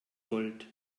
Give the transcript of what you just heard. gold